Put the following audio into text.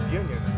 union